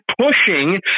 pushing